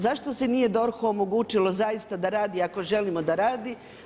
Zašto se nije DORH-u omogućilo zaista da radi ako želimo da radi?